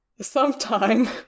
sometime